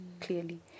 clearly